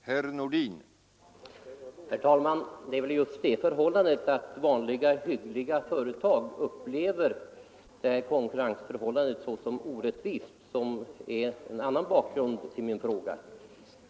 Herr talman! Det är just det förhållandet att vanliga, hyggliga företag upplever det här konkurrensförhållandet som orättvist som utgör en del av bakgrunden till min fråga.